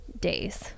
days